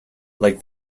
like